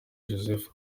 joseph